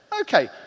okay